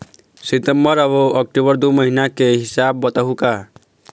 सितंबर अऊ अक्टूबर दू महीना के हिसाब बताहुं का?